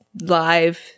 Live